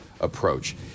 approach